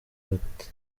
bate